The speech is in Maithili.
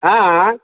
आँ